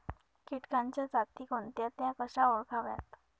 किटकांच्या जाती कोणत्या? त्या कशा ओळखाव्यात?